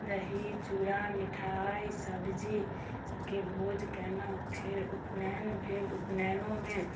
दही चूड़ा मिठाइ सब्जी सभके भोज केनहुँ फेर उपनैन भेल उपनैनोमे